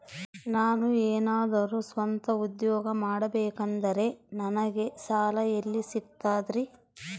ನಾನು ಏನಾದರೂ ಸ್ವಂತ ಉದ್ಯೋಗ ಮಾಡಬೇಕಂದರೆ ನನಗ ಸಾಲ ಎಲ್ಲಿ ಸಿಗ್ತದರಿ?